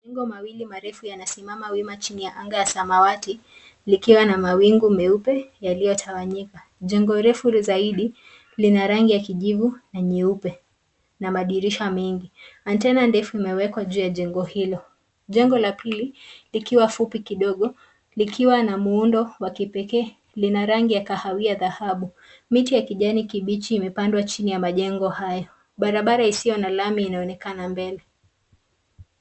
Majengo mawili marefu yanasimama wima chini ya anga ya samawati likiwa na mawingu meupe yaliyotawanyika. Jengo refu zaidi lina rangi ya kijivu na nyeupe na madirisha mengi. Antena ndefu imewekwa juu ya jengo hilo, Jengo la pili likiwa fupi kidogo likiwa na muundo wa kipekee lina rangi ya kahawia dhahabu. Miti ya kijani kibichi imepandwa chini ya majengo hayo. Barabara isiyo na lami inaonekana mbele.